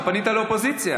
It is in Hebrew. אתה פנית לאופוזיציה.